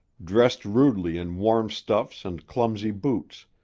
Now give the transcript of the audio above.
dressed rudely in warm stuffs and clumsy boots,